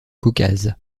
caucase